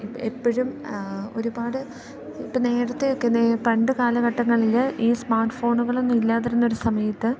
ഇപ്പം എപ്പോഴും ഒരുപാട് ഇപ്പം നേരത്തെയൊക്ക നേരെ പണ്ട് കാലഘട്ടങ്ങളിൽ ഈ സ്മാർട്ട്ഫോണുകളൊന്നും ഇല്ലാതിരുന്ന ഒരു സമയത്ത്